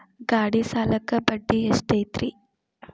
ಗಾಡಿ ಸಾಲಕ್ಕ ಬಡ್ಡಿ ಎಷ್ಟೈತ್ರಿ?